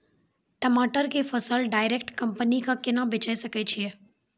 टमाटर के फसल डायरेक्ट कंपनी के केना बेचे सकय छियै?